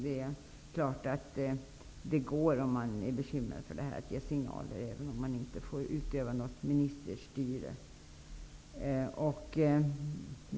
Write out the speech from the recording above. Det går, om man är bekymrad för detta, att ge signaler, även om man inte får utöva något ministerstyre.